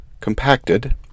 compacted